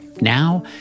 Now